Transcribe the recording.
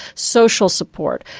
social support?